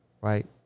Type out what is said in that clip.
right